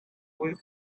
whip